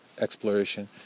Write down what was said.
Exploration